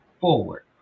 forward